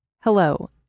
Hello